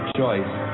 choice